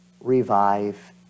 revive